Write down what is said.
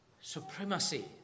supremacy